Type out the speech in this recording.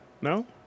No